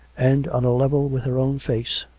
and on a level with her own face,